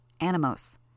Animos